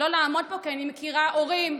כי אני מכירה הורים,